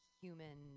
human